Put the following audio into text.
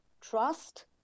trust